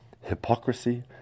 hypocrisy